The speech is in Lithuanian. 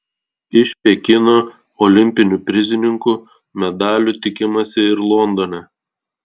iš pekino olimpinių prizininkų medalių tikimasi ir londone